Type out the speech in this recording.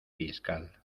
fiscal